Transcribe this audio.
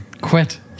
Quit